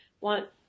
want